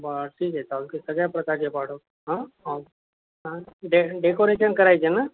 बरं ठीक आहे चालत सगळ्या प्रकारचे पाठव हा डे डेकोरेशन करायचं ना